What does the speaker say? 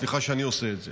סליחה שאני עושה את זה.